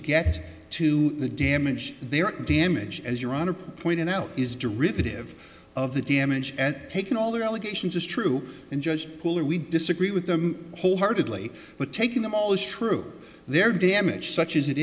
get to the damage their damage as your honor pointed out is derivative of the damage at taking all the allegations is true and judge pooler we disagree with them wholeheartedly but taking them all is true their damage such as it